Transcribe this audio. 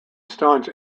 staunch